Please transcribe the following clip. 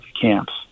camps